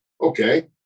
okay